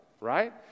right